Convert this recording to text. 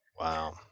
Wow